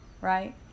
right